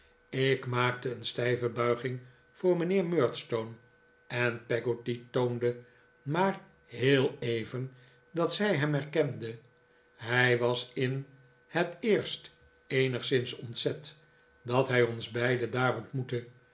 ik maakte een stijve bulging voor mijnheer murdstone en peggotty toonde maar heel even dat zij hem herkende hij was in het eerst eenigszins ontzet dat hij ons beiden daar